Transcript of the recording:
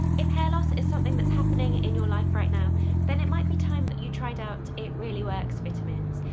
if hair loss is something that's happening in your life right now then it might be time that you tried out, it really works vitamins.